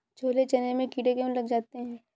छोले चने में कीड़े क्यो लग जाते हैं?